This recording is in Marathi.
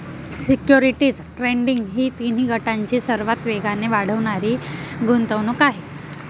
सिक्युरिटीज ट्रेडिंग ही तिन्ही गटांची सर्वात वेगाने वाढणारी गुंतवणूक आहे